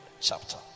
chapter